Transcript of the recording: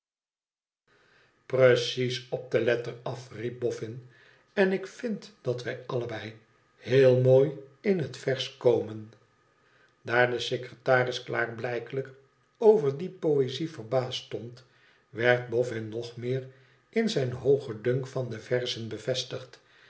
precies op de letter af riep bofün en ik vind dat wij allebei heel mooi in het vers komen daar de secretaris klaarblijkelijk over die poëzie verbaasd stond werd boffin nog meer in zijn hoogen dunk van de verzen bevestigd